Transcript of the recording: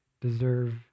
deserve